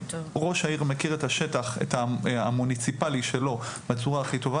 ראש העיר מכיר את השטח המוניציפאלי שלו בצורה הכי טובה,